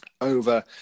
over